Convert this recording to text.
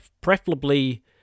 preferably